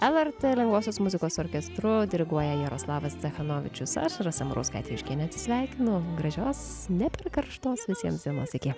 lrt lengvosios muzikos orkestru diriguoja jaroslavas cechanovičius aš rasa marauskaitė juškienė atsisveikinu gražios ne per karštos visiems dienos iki